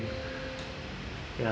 ya